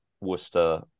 Worcester